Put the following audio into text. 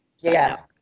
Yes